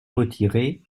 retirer